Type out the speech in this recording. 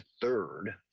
third